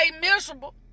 miserable